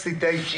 פוצצתי את הישיבה,